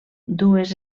dues